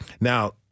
Now